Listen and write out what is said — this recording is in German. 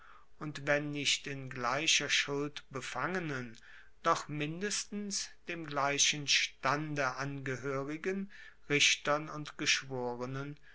und wenn nicht in gleicher schuld befangenen doch mindestens dem gleichen stande angehoerigen richtern und geschworenen